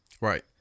Right